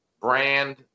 brand